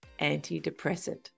antidepressant